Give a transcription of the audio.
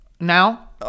now